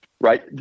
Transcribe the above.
Right